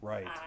Right